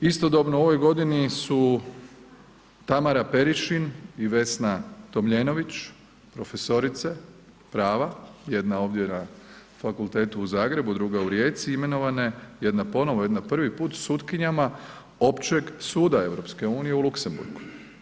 Istodobno u ovoj godini su Tamara Perišin i Vesna Tomljenović profesorice prava, jedna ovdje na Fakultetu u Zagrebu, druga u Rijeci imenovane, jedna ponovno, jedna prvi put sutkinjama Općeg suda EU u Luxembourgu.